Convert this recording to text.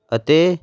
ਅਤੇ